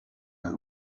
that